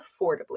affordably